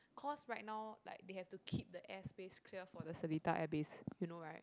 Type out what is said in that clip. cause right now like they have to keep the air space clear for the Seletar air base you know right